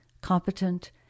competent